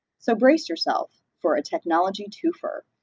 so, brace yourself for a technology twofer,